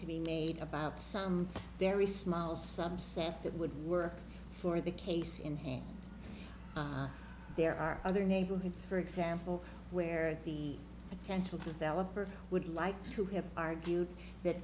to be made about some very small subset that would work for the case in hand there are other neighborhoods for example where the potential developer would like to have argued that